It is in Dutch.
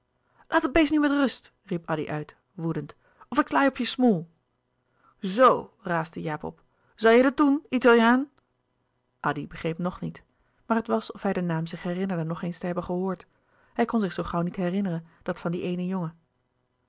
het beest nu met rust riep addy uit woedend of ik sla je op je smoel zoo raasde jaap op zoû jij dat doen italiaan addy begreep nog niet maar het was of hij den naam zich herinnerde nog eens te hebben gehoord hij kon zich zoo gauw niet herinneren dat van dien eenen jongen